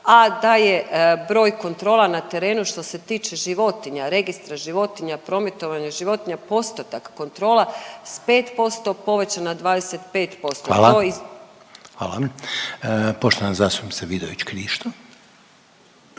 a da je broj kontrola na terenu što se tiče životinja, registra životinja, prometovanja životinja postotak kontrola s 5% povećan na 25%. **Reiner, Željko (HDZ)** Hvala. Poštovana zastupnica Vidović Krišto.